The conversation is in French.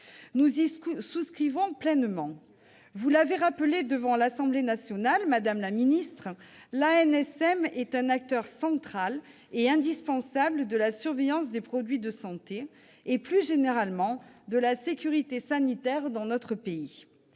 Nous y souscrivons pleinement. Vous l'avez rappelé devant l'Assemblée nationale, madame la secrétaire d'État, l'ANSM est « un acteur central et indispensable de la surveillance des produits de santé et, plus généralement, de la sécurité sanitaire dans notre pays